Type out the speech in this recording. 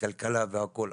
כלכלה והכל,